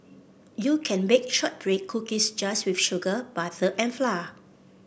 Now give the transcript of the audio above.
you can bake shortbread cookies just with sugar butter and flour